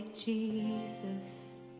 Jesus